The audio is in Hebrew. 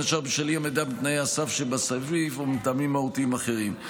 בין השאר בשל אי-עמידה בתנאי הסף שבסעיף או מטעמים מהותיים אחרים.